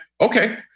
okay